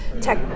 tech